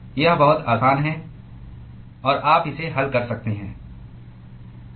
यह बहुत आसान है और आप इसे हल कर सकते हैं